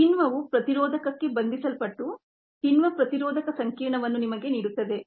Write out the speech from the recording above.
ಕಿಣ್ವವು ಪ್ರತಿರೋಧಕಕ್ಕೆ ಬಂಧಿಸಲ್ಪಟ್ಟು enzyme inhibitor complex ನಿಮಗೆ ನೀಡುತ್ತದೆ